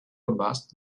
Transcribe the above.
robust